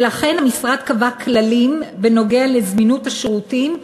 ולכן המשרד קבע כללים בנוגע לזמינות השירותים,